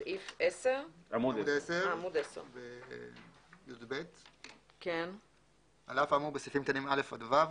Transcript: סעיף 10. על אף האמור בסעיפים קטנים (א) עד (ו),